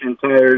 tires